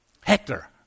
Hector